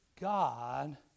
God